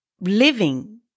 living